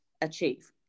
achieve